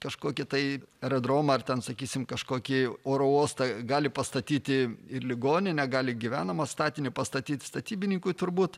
kažkokį tai aerodromą sakysime kažkokį oro uostą gali pastatyti ir ligoninę gali gyvenamą statinį pastatyti statybininkui turbūt